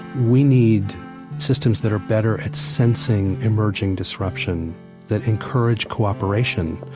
we need systems that are better at sensing emerging disruption that encourage cooperation,